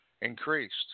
increased